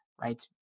Right